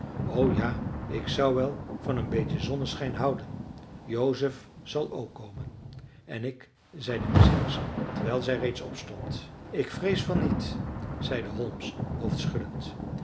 o ja ik zou wel van een beetje zonneschijn houden joseph zal ook komen en ik zeide miss harrison terwijl zij reeds opstond ik vrees van niet zeide